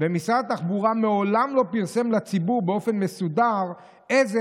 משרד התחבורה מעולם לא פרסם לציבור באופן מסודר איזה